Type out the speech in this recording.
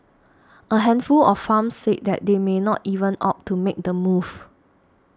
a handful of farms said they may not even opt to make the move